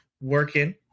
working